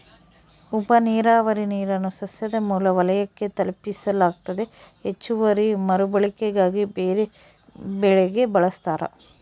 ಉಪನೀರಾವರಿ ನೀರನ್ನು ಸಸ್ಯದ ಮೂಲ ವಲಯಕ್ಕೆ ತಲುಪಿಸಲಾಗ್ತತೆ ಹೆಚ್ಚುವರಿ ಮರುಬಳಕೆಗಾಗಿ ಬೇರೆಬೆಳೆಗೆ ಬಳಸ್ತಾರ